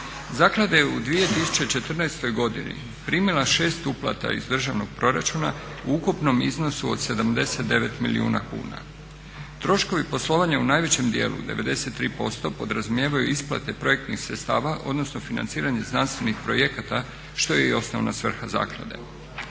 Zaklada je u 2014. primila 6 uplata iz državnog proračuna u ukupnom iznosu od 79 milijuna kuna. Troškovi poslovanja u najvećem dijelu 93% podrazumijevaju isplate projektnih sredstava odnosno financiranje znanstvenih projekata što je i osnovna svrha zaklade.